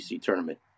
tournament